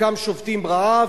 חלקם שובתים רעב,